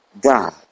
God